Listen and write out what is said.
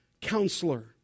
counselor